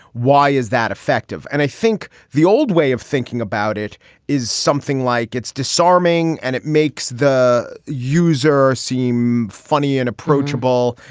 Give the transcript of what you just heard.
why is that effective? and i think the old way of thinking about it is something like it's disarming and it makes the user seem funny and approachable.